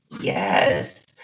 yes